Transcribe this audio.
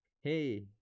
Hey